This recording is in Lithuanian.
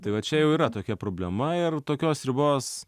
tai va čia jau yra tokia problema ir tokios ribos